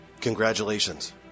Congratulations